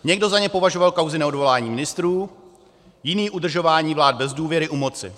Někdo za ně považoval kauzy neodvolání ministrů, jiný udržování vlád bez důvěry u moci.